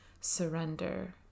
surrender